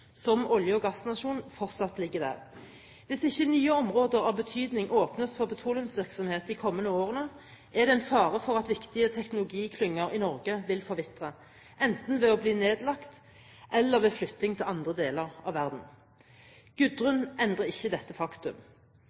som olje- og gassnasjon fortsatt ligger der. Hvis ikke nye områder av betydning åpnes for petroleumsvirksomhet de kommende årene, er det en fare for at viktige teknologiklynger i Norge vil forvitre, enten ved å bli nedlagt eller ved flytting til andre deler av verden. Gudrun endrer ikke dette faktum.